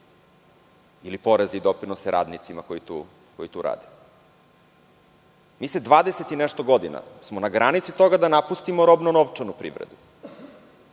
ili poreze i doprinose radnicima koji tu rade. Mi smo 20 i nešto godina na granici toga da napustimo robnu novčanu privredu